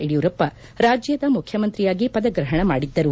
ಯಡಿಯೂರಪ್ಪ ರಾಜ್ಯದ ಮುಖ್ಯಮಂತ್ರಿಯಾಗಿ ಪದಗ್ರಹಣ ಮಾಡಿದ್ದರು